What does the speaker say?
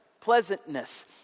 pleasantness